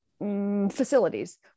facilities